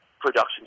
production